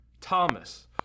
Thomas